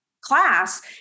class